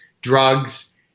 drugs